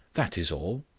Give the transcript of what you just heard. that is all.